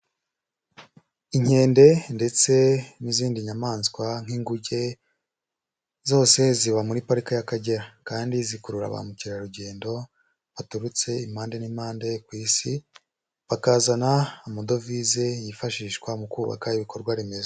Inkende ndetse n'izindi nyamaswa nk'inguge, zose ziba muri Parike y'Akagera. Kandi zikurura ba mukerarugendo baturutse impande n'impande kui Isi, bakazana amadovize yifashishwa mu kubaka ibikorwa remezo.